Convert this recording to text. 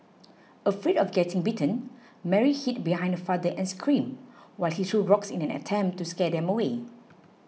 afraid of getting bitten Mary hid behind father and screamed while he threw rocks in an attempt to scare them away